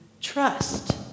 trust